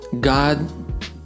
God